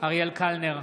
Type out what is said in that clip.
אריאל קלנר,